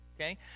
okay